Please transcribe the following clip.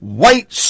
white